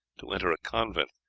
to enter a convent,